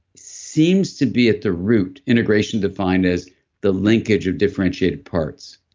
seems to be at the root integration defined as the linkage of differentiated parts,